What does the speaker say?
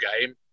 game